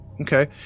Okay